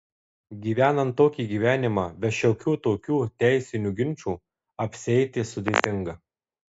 gyvenant tokį gyvenimą be šiokių tokių teisinių ginčų apsieiti sudėtinga